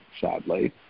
sadly